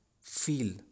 feel